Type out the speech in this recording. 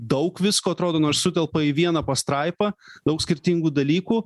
daug visko atrodo nors sutelpa į vieną pastraipą daug skirtingų dalykų